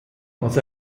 als